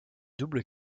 double